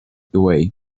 away